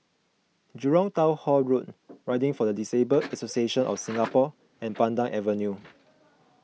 Jurong Town Hall Road Riding for the Disabled Association of Singapore and Pandan Avenue